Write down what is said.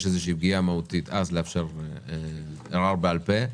איזו פגיעה מהותית לאפשר ערר בעל פה.